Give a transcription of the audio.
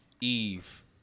Eve